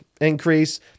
increase